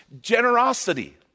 Generosity